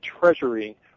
treasury